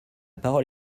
parole